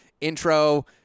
intro